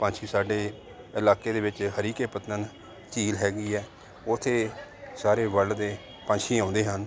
ਪੰਛੀ ਸਾਡੇ ਇਲਾਕੇ ਦੇ ਵਿੱਚ ਹਰੀ ਕੇ ਪੱਤਨ ਝੀਲ ਹੈਗੀ ਆ ਉੱਥੇ ਸਾਰੇ ਵਰਲਡ ਦੇ ਪੰਛੀ ਆਉਂਦੇ ਹਨ